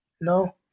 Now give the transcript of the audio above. no